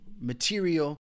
material